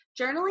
Journaling